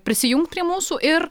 prisijungt prie mūsų ir